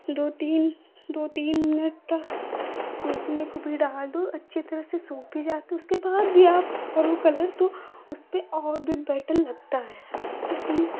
दो तीन दो तीन मिनट तक सूखने को भी डाल दो अच्छी तरह से सूख भी जाती है उसके बाद भी आप करो कलर तो उसपर और भी बेटर लगता है किसलिए क्योंकि